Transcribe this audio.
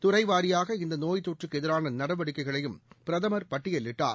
துறை வாரியாக இந்த நோய தொற்றுக்கு எதிரான நடவடிக்கைகளையும் பிரதமர் பட்டியலிட்டார்